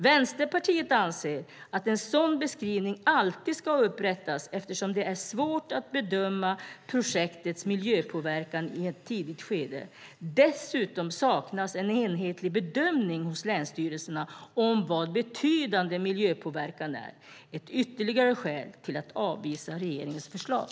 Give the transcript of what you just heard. Vänsterpartiet anser att en sådan beskrivning alltid ska upprättas eftersom det är svårt att bedöma projektets miljöpåverkan i ett tidigt skede. Dessutom saknas en enhetlig bedömning hos länsstyrelserna om vad betydande miljöpåverkan är. Det är ytterligare ett skäl till att avvisa regeringens förslag.